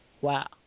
wow